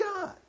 God